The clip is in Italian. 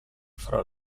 fra